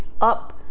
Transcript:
up